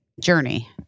journey